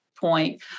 point